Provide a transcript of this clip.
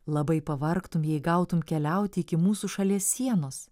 labai pavargtum jei gautum keliauti iki mūsų šalies sienos